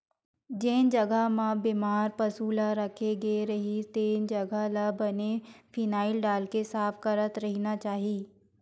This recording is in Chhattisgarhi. जेन जघा म बेमार पसु ल राखे गे रहिथे तेन जघा ल बने फिनाईल डालके साफ करत रहिना चाही